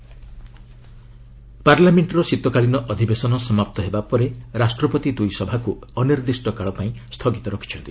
parliament prorogued ପାର୍ଲାମେଷ୍ଟର ଶୀତକାଳୀନ ଅଧିବେଶନ ସମାପ୍ତ ହେବା ପରେ ରାଷ୍ଟ୍ରପତି ଦୁଇସଭାକୁ ଅନିର୍ଦ୍ଦିଷ୍ଟ କାଳ ପାଇଁ ସ୍ଥଗିତ ରଖିଛନ୍ତି